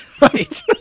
right